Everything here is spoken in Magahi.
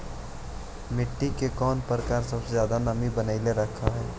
मिट्टी के कौन प्रकार सबसे जादा नमी बनाएल रख सकेला?